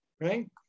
right